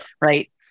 right